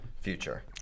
future